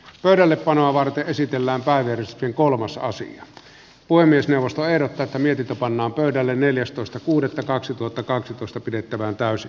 pöydällepanoa varten esitellään päivitys ja kolmas asia voi myös nostaa eroteta mietitä pannaan pöydälle neljästoista kuudetta kaksituhattakaksitoista pidettävä täysi